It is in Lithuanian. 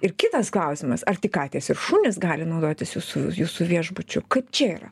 ir kitas klausimas ar tik katės ir šunys gali naudotis jūsų jūsų viešbučiu kaip čia yra